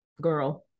girl